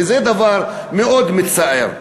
וזה דבר מאוד מצער.